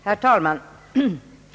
Herr talman!